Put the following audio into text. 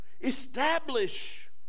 Establish